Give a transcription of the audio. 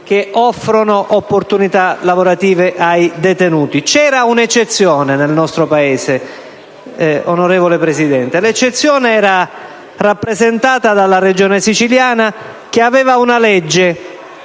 che offrono opportunità lavorative ai detenuti. Vi era un'eccezione nel nostro Paese, onorevole Presidente. L'eccezione era rappresentata dalla Regione Siciliana, la cui legge